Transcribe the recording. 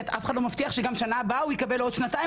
כי אף אחד לא מבטיח לקופות שגם בשנה הבאה יקבלו או בעוד שנתיים.